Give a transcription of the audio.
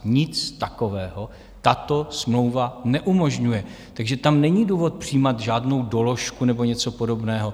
Nic takového tato smlouva neumožňuje, takže tam není důvod přijímat žádnou doložku nebo něco podobného.